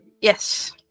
Yes